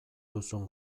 duzun